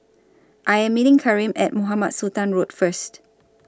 I Am meeting Karim At Mohamed Sultan Road First